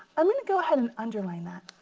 i'm gonna go ahead and underline that.